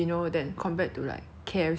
like the K_F_C here is like so 油